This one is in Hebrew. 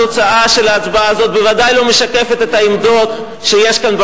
התוצאה של ההצבעה הזאת בוודאי לא משקפת את העמדות שיש כאן,